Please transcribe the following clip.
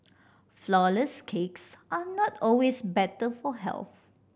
flourless cakes are not always better for health